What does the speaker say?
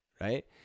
right